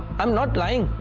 i'm not lying.